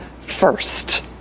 first